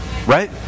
Right